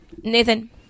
Nathan